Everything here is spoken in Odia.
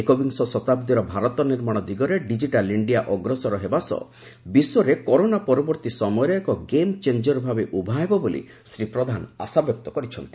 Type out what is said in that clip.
ଏକବିଂଶ ଶତାବ୍ଦୀର ଭାରତ ନିର୍ମାଣ ଦିଗରେ ଡିଜିଟାଲ ଇଣ୍ଡିଆ ଅଗ୍ରସର ହେବା ସହ ବିଶ୍ୱରେ କରୋନା ପରବର୍ତ୍ତୀ ସମୟରେ ଏକ ଗେମ୍ ଚେଞ୍ଜର ଭାବେ ଉଭା ହେବ ବୋଲି ଶ୍ରୀ ପ୍ରଧାନ ଆଶାବ୍ୟକ୍ତ କରିଛନ୍ତି